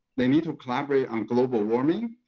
they need to collaborate on global warming.